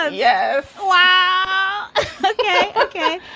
ah yeah wow ok, ok,